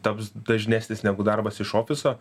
taps dažnesnis negu darbas iš ofiso